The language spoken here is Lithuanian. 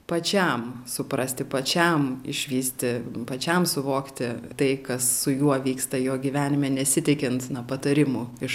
pačiam suprasti pačiam išvysti pačiam suvokti tai kas su juo vyksta jo gyvenime nesitikint na patarimų iš